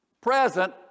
present